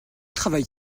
travaille